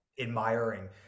admiring